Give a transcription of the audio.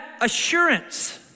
assurance